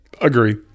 Agree